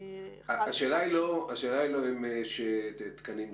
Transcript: השאלה היא לא אם יש תקנים ריקים.